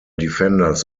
defenders